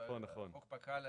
כשהחוק פקע,